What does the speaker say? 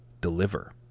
deliver